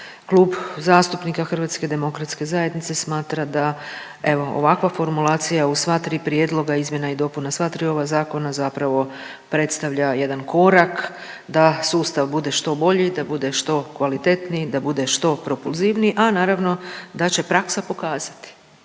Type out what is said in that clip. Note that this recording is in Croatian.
Klub zastupnika HDZ-a smatra da evo ovakva formulacija u sva tri prijedloga izmjena i dopuna, sva tri ova zakona zapravo predstavlja jedan korak da sustav bude što bolje i da bude što kvalitetniji i da bude što propulzivniji, a naravno da će praksa pokazati,